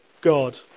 God